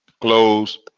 close